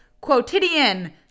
quotidian